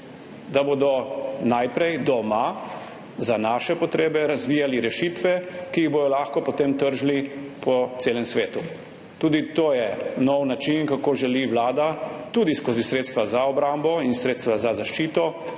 da bodo najprej doma za naše potrebe razvijali rešitve, ki jih bodo lahko potem tržili po celem svetu. Tudi to je nov način, kako želi Vlada tudi skozi sredstva za obrambo in sredstva za zaščito